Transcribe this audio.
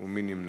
מי נמנע?